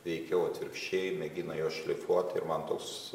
veikiau atvirkščiai mėgina juos šlifuoti ir man toks